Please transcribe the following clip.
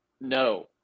No